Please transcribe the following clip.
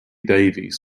davies